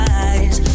eyes